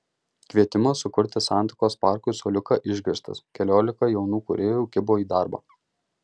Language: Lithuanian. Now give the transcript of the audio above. kvietimas sukurti santakos parkui suoliuką išgirstas keliolika jaunų kūrėjų kibo į darbą